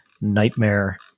nightmare